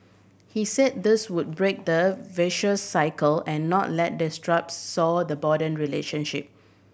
he said this would break the vicious cycle and not let disputes sour the broaden relationship